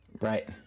right